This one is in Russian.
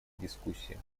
дискуссии